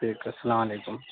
ٹھیک ہے السلام علیکم